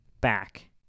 Back